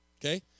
Okay